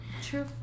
True